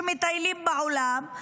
שמטיילים בעולם,